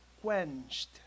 quenched